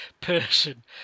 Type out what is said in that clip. person